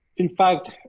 in fact,